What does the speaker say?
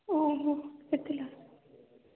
ଓହୋ